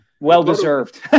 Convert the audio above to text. well-deserved